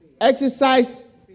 Exercise